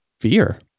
fear